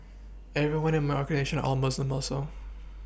everyone in my organisation are all Muslim also